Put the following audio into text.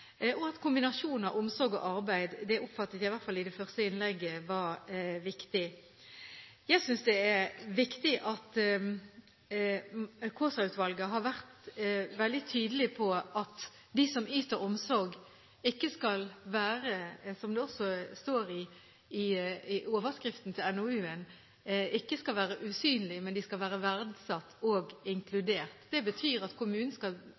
omsorg og arbeid var viktig. Jeg synes det er viktig at Kaasa-utvalget har vært veldig tydelig på at de som yter omsorg, ikke skal være – som det også står i overskriften til NOU-en – usynlige, men skal være verdsatt og inkludert. Det betyr at kommunen på en mye sterkere måte enn tidligere skal